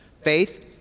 Faith